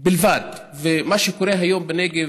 בלבד, ומה שקורה היום בנגב,